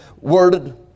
worded